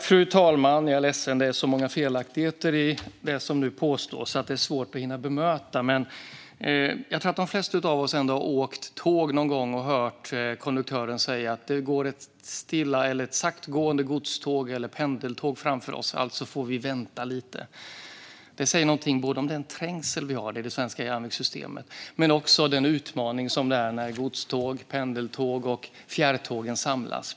Fru talman! Jag är ledsen, men det är så många felaktigheter i det som nu påstås att det är svårt att hinna bemöta. Jag tror att de flesta av oss ändå har åkt tåg någon gång och hört konduktören säga att det är ett godståg eller ett pendeltåg som går sakta framför det tåg vi sitter i. Alltså får vi vänta lite. Det säger någonting både om den trängsel som vi har i det svenska järnvägssystemet men också om den utmaning som det innebär när godståg, pendeltåg och fjärrtåg samlas.